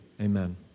Amen